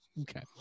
Okay